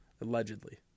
Allegedly